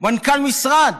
מנכ"ל משרד